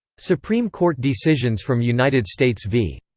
supreme court decisions from united states v.